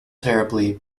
terribly